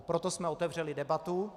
Proto jsme otevřeli debatu.